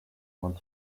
want